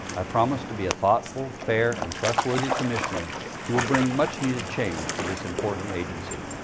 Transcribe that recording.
i promise to be a thoughtful, fair and trustworthy commissioner who will bring much needed change to this important agency.